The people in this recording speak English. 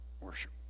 worship